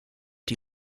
die